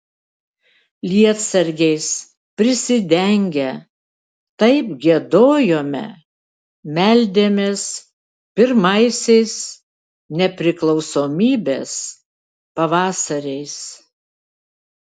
lietsargiais prisidengę taip giedojome meldėmės pirmaisiais nepriklausomybės pavasariais